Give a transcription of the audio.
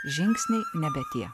žingsniai nebe tie